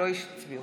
(קוראת בשמות חברי הכנסת)